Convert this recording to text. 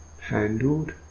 handled